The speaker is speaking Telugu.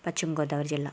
పశ్చిమ గోదావరి జిల్లా